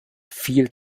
viel